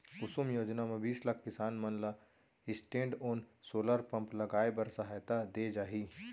कुसुम योजना म बीस लाख किसान मन ल स्टैंडओन सोलर पंप लगाए बर सहायता दे जाही